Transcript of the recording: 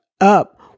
up